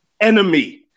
enemy